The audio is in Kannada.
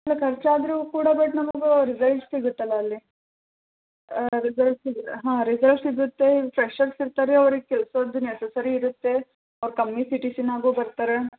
ಇಲ್ಲ ಖರ್ಚಾದರು ಕೂಡ ಬಟ್ ನಮಗೂ ರಿಸಲ್ಟ್ಸ್ ಸಿಗುತ್ತಲ್ಲ ಅಲ್ಲಿ ರಿಸಲ್ಟ್ಸ್ ಸಿ ಹಾಂ ರಿಸಲ್ಟ್ಸ್ ಸಿಗುತ್ತೆ ಫ್ರೆಷರ್ಸ್ ಇರ್ತಾರೆ ಅವ್ರಿಗೆ ಕೆಲಸದ್ದು ನೆಸೆಸ್ಸರಿ ಇರುತ್ತೆ ಅವ್ರು ಕಮ್ಮಿ ಸಿ ಟಿ ಸಿನಾಗು ಬರ್ತಾರೆ